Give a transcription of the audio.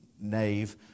nave